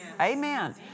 Amen